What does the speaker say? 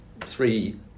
three